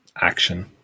action